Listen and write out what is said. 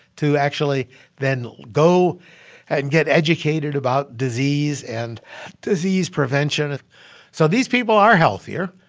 to actually then go and get educated about disease and disease prevention so these people are healthier.